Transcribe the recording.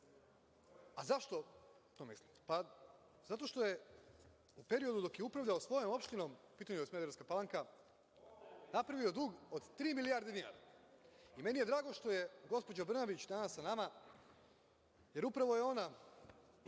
osoba.Zašto to mislim? Zato što je u periodu dok je upravljao svojom opštinom, a u pitanju je Smederevska Palanka, napravio dug od tri milijarde dinara. Meni je drago što je gospođa Brnabić danas sa nama, jer upravo je ona